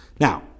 Now